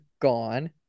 gone